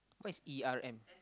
what is E R M